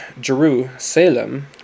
Jerusalem